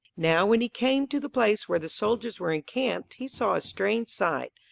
now when he came to the place where the soldiers were encamped he saw a strange sight.